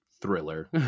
thriller